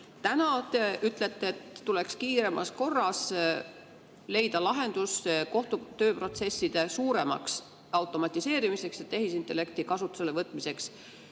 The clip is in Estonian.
Täna te ütlete, et tuleks kiiremas korras leida lahendus kohtu tööprotsesside suuremaks automatiseerimiseks ja tehisintellekti kasutusele võtmiseks.